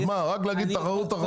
אז מה, רק להגיד: "תחרות, תחרות"?